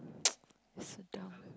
sit down